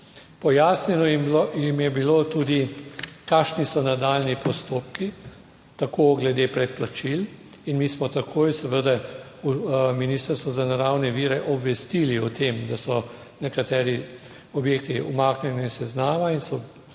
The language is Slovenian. Pojasnjeno jim je bilo tudi, kakšni so nadaljnji postopki, tako glede predplačil in mi smo takoj seveda Ministrstvo za naravne vire obvestili o tem, da so nekateri objekti umaknjeni iz seznama in so